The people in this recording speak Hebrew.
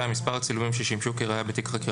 מספר הצילומים ששימשו כראיה בתיק חקירה